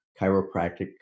chiropractic